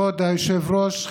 כבוד היושב-ראש,